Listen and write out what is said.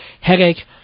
headache